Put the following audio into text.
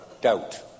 doubt